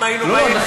אם היינו באים, לא.